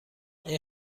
این